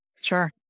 sure